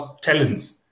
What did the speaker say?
talents